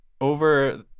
over